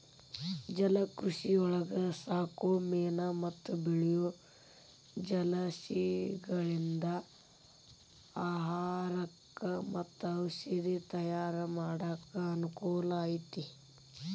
ಜಲಕೃಷಿಯೊಳಗ ಸಾಕೋ ಮೇನು ಮತ್ತ ಬೆಳಿಯೋ ಜಲಸಸಿಗಳಿಂದ ಆಹಾರಕ್ಕ್ ಮತ್ತ ಔಷದ ತಯಾರ್ ಮಾಡಾಕ ಅನಕೂಲ ಐತಿ